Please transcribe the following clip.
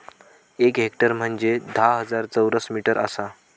एक हेक्टर म्हंजे धा हजार चौरस मीटर आसा